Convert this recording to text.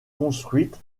construite